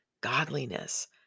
godliness